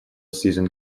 season